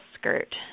Skirt